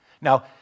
Now